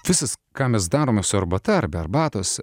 viskas ką mes darome su arbata arba arbatos